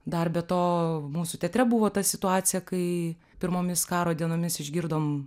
dar be to mūsų teatre buvo ta situacija kai pirmomis karo dienomis išgirdom